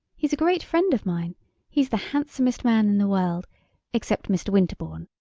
he's a great friend of mine he's the handsomest man in the world except mr. winterbourne!